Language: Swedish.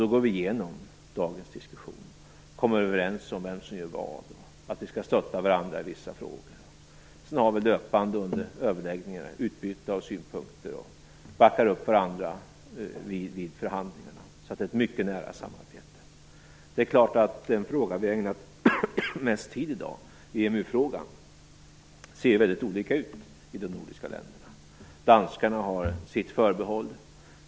Då går vi igenom dagens diskussion och kommer överens om vem som skall göra vad och att vi skall stötta varandra i vissa frågor. Sedan har vi löpande under överläggningarna utbyte av synpunkter och backar upp varandra vid förhandlingarna. Det är ett mycket nära samarbete. Den fråga vi har ägnat mest tid i dag, EMU frågan, ser väldigt olika ut i de nordiska länderna. Danskarna har sitt förbehåll.